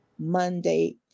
monday